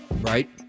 Right